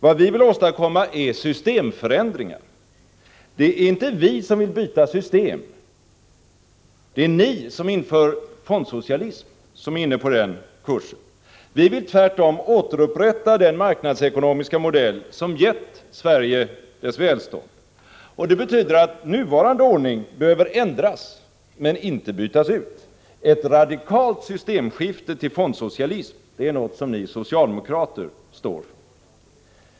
Vad vi vill åstadkomma är systemförändringar! Det är inte vi som vill byta system, det är ni som inför fondsocialism som är inne på den kursen. Vi vill tvärtom återupprätta den marknadsekonomiska modell som har gett Sverige dess välstånd. Det betyder att nuvarande ordning behöver ändras men inte bytas ut. Ett radikalt systemskifte till fondsocialism — det är någonting som ni socialdemokrater står för.